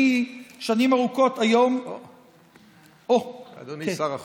אני שנים ארוכות, אדוני שר החוץ,